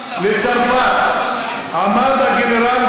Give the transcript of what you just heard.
אני לא הפרעתי כדי שלא יהיה לו זמן נוסף,